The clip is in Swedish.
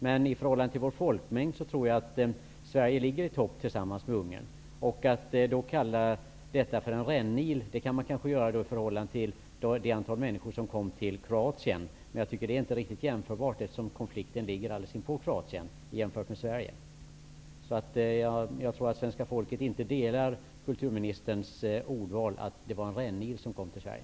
Men i förhållande till vår folkmängd tror jag att Sverige ligger i topp tillsammans med Ungern. Att kalla detta för en rännil kan man kanske göra i förhållande till det antal människor som kommit till Kroatien. Men jag tycker inte att det är riktigt jämförbart, eftersom konflikten ligger alldeles inpå Kroatien. Jag tror inte att svenska folket skulle göra samma ordval som kulturministern, att det var en rännil som kom till Sverige.